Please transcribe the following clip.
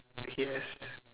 yes